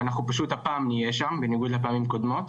ואנחנו פשוט הפעם נהיה שם בניגוד לפעמים קודמות.